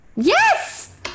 Yes